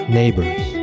neighbors